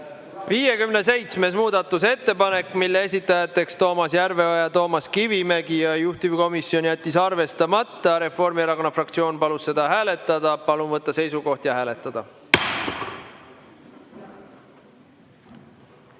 57. muudatusettepanek, selle esitajad on Toomas Järveoja ja Toomas Kivimägi ja juhtivkomisjon on jätnud selle arvestamata. Reformierakonna fraktsioon palus seda hääletada. Palun võtta seisukoht ja hääletada!